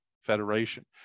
Federation